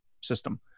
system